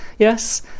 Yes